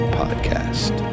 podcast